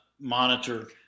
monitor